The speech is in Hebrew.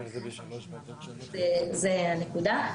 זאת הנקודה.